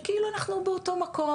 כאילו אנחנו באותו מקום,